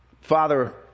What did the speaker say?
Father